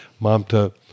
Mamta